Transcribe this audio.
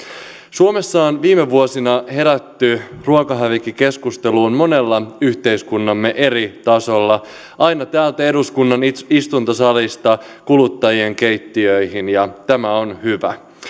suomessa on viime vuosina herätty ruokahävikkikeskusteluun monella yhteiskuntamme eri tasolla aina täältä eduskunnan istuntosalista kuluttajien keittiöihin ja tämä on hyvä